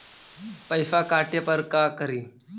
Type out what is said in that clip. पैसा काटे पर का करि?